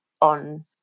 on